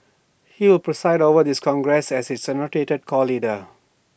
he will preside over this congress as its anointed core leader